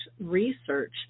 research